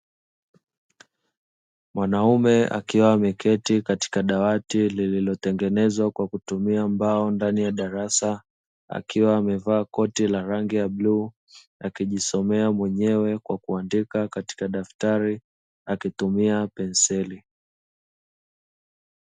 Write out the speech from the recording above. Mwanaume akiwa ameketi katika dawati lililotengenezwa kwa kutumia mbao ndani ya darasa, akiwa amevaa koti la rangi ya bluu, akijisomea mwenyewe kwa kuandika katika daftari akitumia penseli.